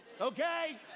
Okay